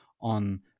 on